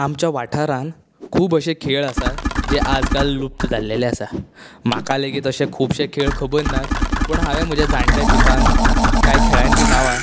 आमच्या वाठारांत खूब अंशे खेळ आसात जे आज काल लुप्त जाल्लेले आसा म्हाका लेगीत अशे खुबशे खेळ खबरनात पूण हांवे म्हज्या जाणट्यांक विचारून कांय खेळांची नावां